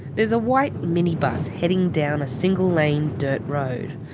there's a white minibus heading down a single lane dirt road.